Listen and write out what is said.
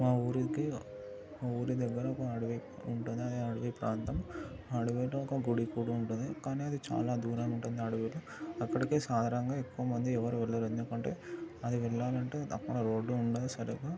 మా ఊరికి మా ఊరి దగ్గర ఒక అడవి ఉంటుంది అది అడవి ప్రాంతం ఆ అడవిలో ఒక గుడి కూడా ఉంటుంది కానీ అది చాలా దూరం ఉంటుంది ఆ అడవిలో అక్కడికే సాధారణంగా ఎక్కువ మంది ఎవరు వెళ్లరు ఎందుకంటే అది వెళ్ళాలంటే రోడ్డు ఉండదు సరిగ్గా